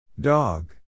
Dog